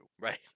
right